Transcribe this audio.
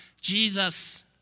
Jesus